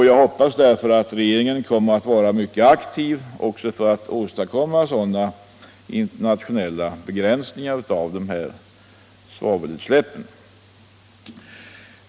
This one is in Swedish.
Jag hoppas därför att regeringen kommer att vara mycket aktiv för att åstadkomma sådana internationella begränsningar av svavelutsläppen.